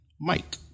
Mike